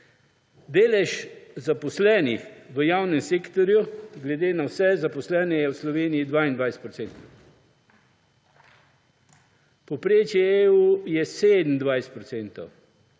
Delež zaposlenih v javnem sektorju glede na vse zaposlene je v Sloveniji 22 procentov, povprečje EU je 27